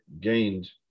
gained